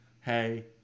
Hey